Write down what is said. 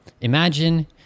imagine